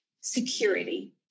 security